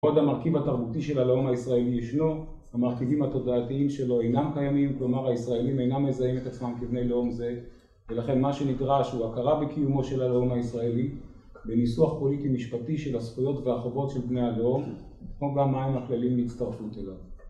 עוד המרכיב התרבותי של הלאום הישראלי ישנו, המרכיבים התודעתיים שלו אינם קיימים, כלומר, הישראלים אינם מזהים את עצמם כבני לאום זה, ולכן מה שנדרש הוא הכרה בקיומו של הלאום הישראלי, וניסוח פוליטי-משפטי של הזכויות והחובות של בני הלאום, כמו גם מה הם הכללים להצטרפות אליו.